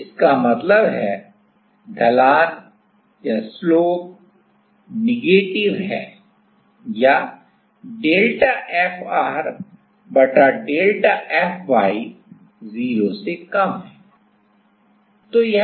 इसका मतलब है ढलान ऋणात्मक है या डेल्टा Fr बटा डेल्टा y 0 से कम है